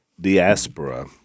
diaspora